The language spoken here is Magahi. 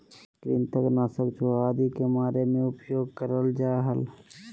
कृंतक नाशक चूहा आदि के मारे मे उपयोग करल जा हल